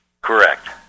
Correct